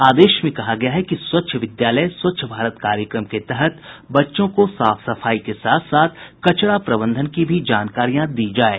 आदेश में कहा गया है कि स्वच्छ विद्यालय स्वच्छ भारत कार्यक्रम के तहत बच्चों को साफ सफाई के साथ साथ कचरा प्रबंधन की भी जानकारियां दी जाये